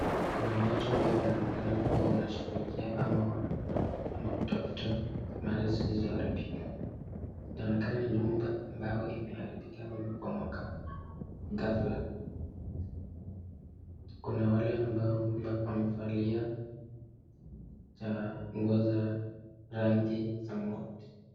Kuna watu ambao wanaonekana kuwa wanashughulikia ama wanaona ama kutafuta mali zilizoharibika. Inaonekana ni nyumba ambayo imeharibika ama imebomoka ghafla. Kuna wale ambao wamevalia cha nguo za rangi samawati.